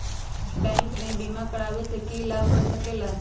Bank से बिमा करावे से की लाभ होई सकेला?